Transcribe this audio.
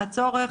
הצורך